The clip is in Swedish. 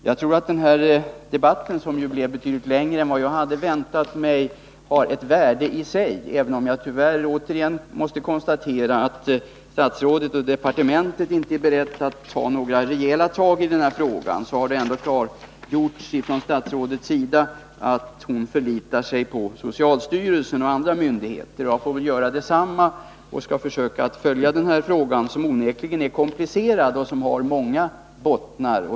Jag tror att denna debatt, som blev betydligt längre än vad jag hade väntat mig, har ett värde i sig. Även om jag tyvärr måste konstatera att statsrådet och departementet inte är beredda att ta några rejäla tag i denna fråga, har statsrådet ändå klargjort att hon förlitar sig på socialstyrelsen och andra myndigheter. Jag får väl göra detsamma, och jag skall försöka följa denna fråga, som onekligen är komplicerad och som har många bottnar.